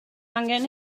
angen